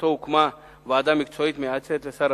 ובמסגרתו הוקמה ועדה מקצועית מייעצת לשר